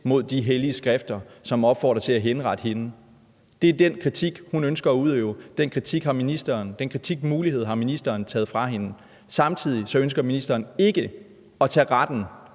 mod de hellige skrifter, som opfordrer til at henrette hende. Det er den kritik, hun ønsker at udøve. Den kritikmulighed har ministeren taget fra hende. Samtidig ønsker ministeren ikke at tage retten